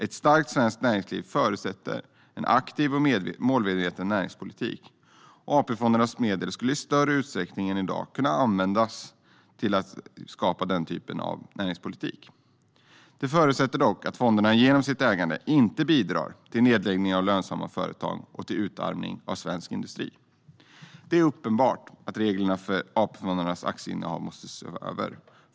Ett starkt svenskt näringsliv förutsätter en aktiv och målmedveten näringspolitik. AP-fondernas medel skulle i större utsträckning än i dag kunna användas till att skapa den typen av näringspolitik. Det förutsätter dock att fonderna genom sitt ägande inte bidrar till nedläggning av lönsamma företag och till utarmning av svensk industri. Det är uppenbart att reglerna för AP-fondernas aktieinnehav måste ses över.